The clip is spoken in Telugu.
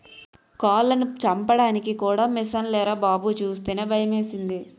కోళ్లను చంపడానికి కూడా మిసన్లేరా బాబూ సూస్తేనే భయమేసింది